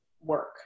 work